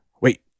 wait